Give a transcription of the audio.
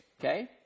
okay